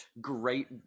great